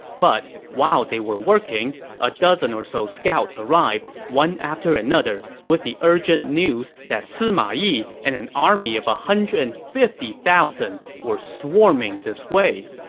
but while they were working, a dozen or so scouts arrived, one after another, with the urgent news that sima yi and an army of one ah hundred and fifty thousand were swarming this way.